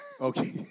Okay